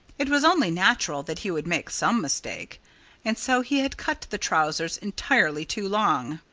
it was only natural that he would make some mistake and so he had cut the trousers entirely too long.